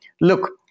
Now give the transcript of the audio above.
look